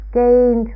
gain